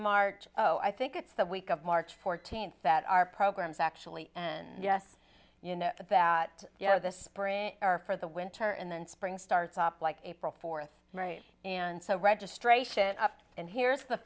march oh i think it's the week of march fourteenth that our programs actually and yes you know that you know this spring are for the winter and then spring starts up like april fourth right and so registration up and here's the